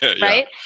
Right